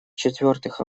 четвертых